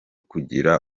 kugira